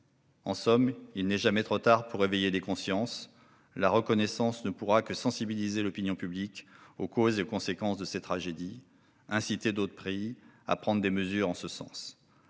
En somme, il n'est jamais trop tard pour éveiller les consciences. La reconnaissance ne pourra que sensibiliser l'opinion publique aux causes et aux conséquences de ces tragédies et inciter d'autres pays à prendre des mesures en ce sens.